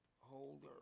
Holder